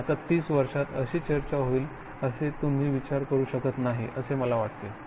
आणि आता तीस वर्षांत अशी चर्चा होईल असे तुम्ही विचारही करू शकत नाही असे मला वाटते